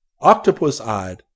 octopus-eyed